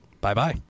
Bye-bye